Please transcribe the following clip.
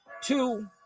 Two